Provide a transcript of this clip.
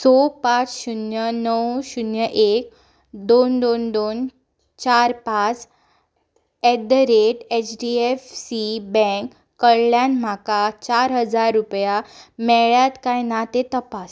so पांच शुन्य णव शुन्य एक दोन दोन दोन चार पांच एत the rate H D F C bank कडल्यान म्हाका चार हजार रुपया मेळ्यात काय ना तें तपास